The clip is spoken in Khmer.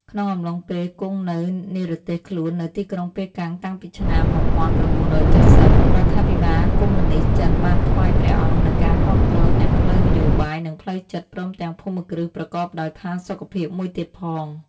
ក្នុងអំឡុងពេលគង់នៅនិរទេសខ្លួននៅទីក្រុងប៉េកាំងតាំងពីឆ្នាំ ១៩៧០ រដ្ឋាភិបាលកុម្មុយនីស្តចិនបានថ្វាយព្រះអង្គនូវការគាំទ្រទាំងផ្លូវនយោបាយ និងផ្លូវចិត្ត ព្រមទាំងភូមិគ្រឹះប្រកបដោយផាសុកភាពមួយទៀតផង។